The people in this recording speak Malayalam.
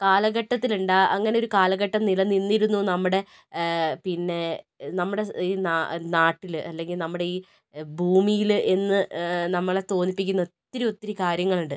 കാലഘട്ടത്തില് ഉണ്ടാ അങ്ങനെയൊരു കാലഘട്ടം നിലനിന്നിരുന്നു നമ്മുടെ പിന്നെ നമ്മുടെ ഈ നാ നാട്ടില് അല്ലെങ്കിൽ നമ്മുടെ ഈ ഭൂമിയില് എന്ന് നമ്മളെ തോന്നിപ്പിക്കുന്ന ഒത്തിരിയൊത്തിരി കാര്യങ്ങളുണ്ട്